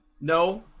No